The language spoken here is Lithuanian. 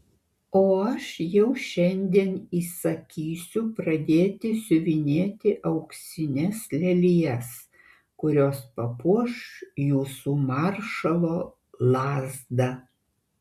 o aš jau šiandien įsakysiu pradėti siuvinėti auksines lelijas kurios papuoš jūsų maršalo lazdą